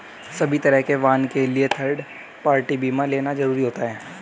सभी तरह के वाहन के लिए थर्ड पार्टी बीमा लेना जरुरी होता है